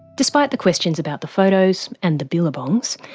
despite the questions about the photos. and the billabongs.